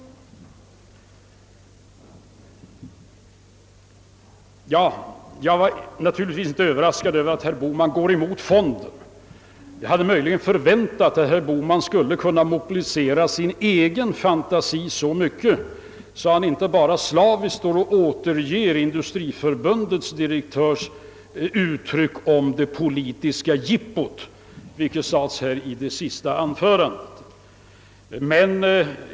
Jag är naturligtvis inte överraskad av att herr Bohman går emot fonden. Möjligen hade jag förväntat att herr Bohman skulle mobilisera sin egen fantasi så mycket att han inte bara slaviskt står och återger Industriförbundets direktörs uttryck om »det politiska jippot», som han sade i det senaste anförandet.